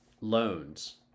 loans